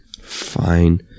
Fine